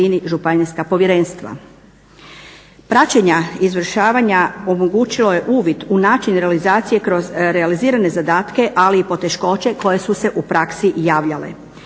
Praćenja izvršavanja omogućilo je uvid u način realizacije kroz realizirane zadatke ali i poteškoće koje su se u praksi javljale.